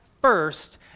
first